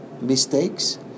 mistakes